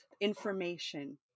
information